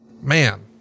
Man